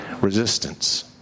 Resistance